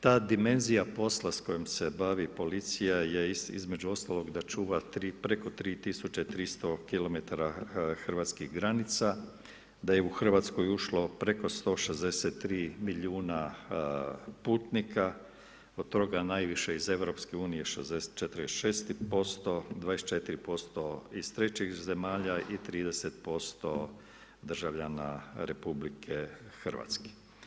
Ta dimenzija posla s kojim se bavi policija je između ostalog da čuva preko 3300km hrvatskih granica, da je u Hrvatsku ušlo preko 163 milijuna putnika, od toga najviše iz EU 46%, 24% iz trećih zemalja i 30% državljana RH.